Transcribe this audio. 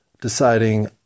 deciding